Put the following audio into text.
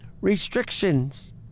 restrictions